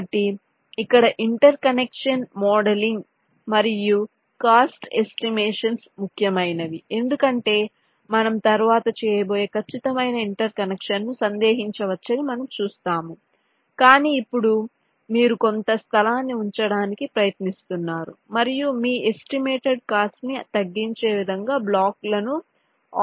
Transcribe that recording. కాబట్టి ఇక్కడ interconnection modeling మరియు కాస్ట్ ఎస్టిమేషన్స్ ముఖ్యమైనవి ఎందుకంటే మనం తర్వాత చేయబోయే ఖచ్చితమైన ఇంటర్ కనెక్షన్ను సందేహించవచ్చని మనం చూస్తాము కానీ ఇప్పుడు మీరు కొంత స్థలాన్ని ఉంచడానికి ప్రయత్నిస్తున్నారు మరియు మీ ఎస్టిమేటేడ్ కాస్ట్ ని తగ్గించే విధంగా బ్లాక్లను ఆప్టిమం వే లో ఉంచుతాము